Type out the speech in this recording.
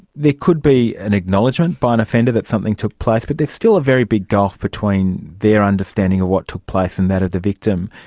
could be an acknowledgement by an offender that something took place, but there is still a very big gulf between their understanding of what took place and that of the victim.